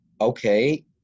okay